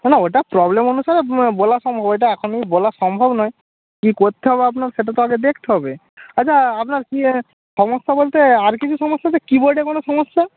না না ওটা প্রবলেম অনুসারে বলা সম্ভব ওইটা এখনই বলা সম্ভব নয় কী কোত্তে হবে আপনার সেটা তো আগে দেখতে হবে আচ্ছা আপনার ইয়ে সমস্যা বলতে আর কিছু সমস্যা আছে কীবোর্ডে কোনও সমস্যা